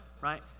Right